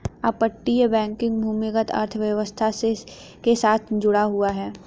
अपतटीय बैंकिंग भूमिगत अर्थव्यवस्था के साथ जुड़ा हुआ है